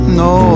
no